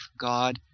God